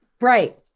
Right